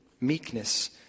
meekness